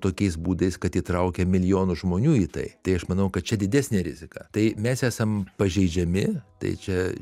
tokiais būdais kad įtraukia milijonus žmonių į tai tai aš manau kad čia didesnė rizika tai mes esam pažeidžiami tai čia